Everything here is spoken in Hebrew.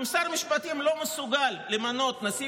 אם שר המשפטים לא מסוגל למנות נשיא